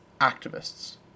activists